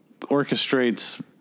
Orchestrates